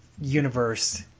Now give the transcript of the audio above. universe